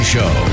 Show